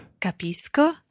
Capisco